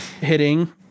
hitting